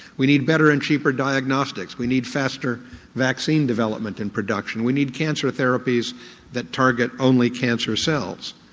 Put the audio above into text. we need better and cheaper diagnostics, we need faster vaccine development and production, we need cancer therapies that target only cancer cells.